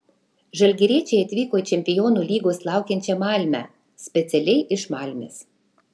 žalgiriečiai atvyko į čempionų lygos laukiančią malmę specialiai iš malmės